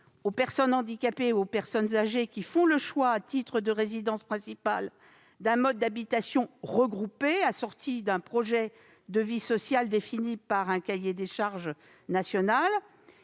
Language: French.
aux personnes handicapées et aux personnes âgées qui font le choix, à titre de résidence principale, d'un mode d'habitation regroupé et assorti d'un projet de vie sociale défini par un cahier des charges national.